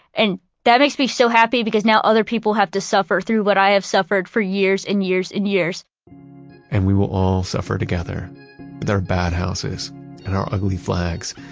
and that makes me so happy because now other people have to suffer through what i have suffered for years and years and years and we will all suffer together with our bad houses and our ugly flags.